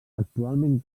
actualment